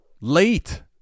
Late